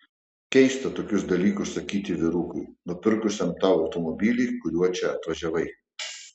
keista tokius dalykus sakyti vyrukui nupirkusiam tau automobilį kuriuo čia atvažiavai